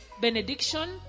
benediction